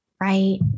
Right